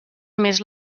més